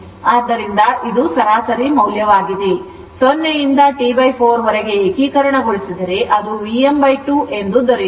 ಆದ್ದರಿಂದ ಇದು ಸರಾಸರಿ ಮೌಲ್ಯವಾಗಿದೆ ಆದ್ದರಿಂದ 0 ರಿಂದ T 4 ವರೆಗೆ ಏಕೀಕರಣಗೊಳಿಸಿದರೆ ಅದು Vm 2ಎಂದು ದೊರೆಯುತ್ತದೆ